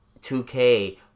2K